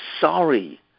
sorry